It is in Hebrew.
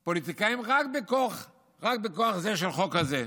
פוליטיקאים, רק בכוח זה של החוק הזה.